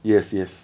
yes yes